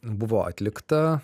buvo atlikta